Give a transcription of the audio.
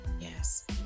Yes